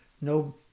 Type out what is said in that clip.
No